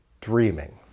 dreaming